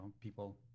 people